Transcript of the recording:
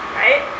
right